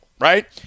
right